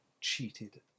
cheated